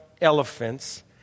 elephants